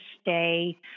stay